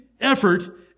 Effort